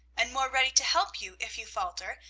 and more ready to help you, if you falter,